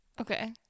okay